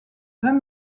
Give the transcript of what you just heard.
vingt